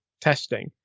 testing